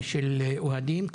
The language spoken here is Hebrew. של אוהדים,